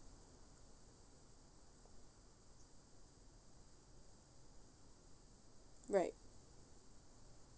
right